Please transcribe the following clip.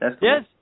Yes